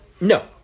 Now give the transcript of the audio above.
no